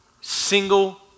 single